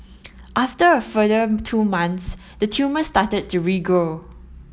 after a further two months the tumour started to regrow